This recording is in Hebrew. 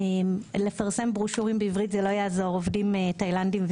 עובדים זרים.